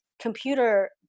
computer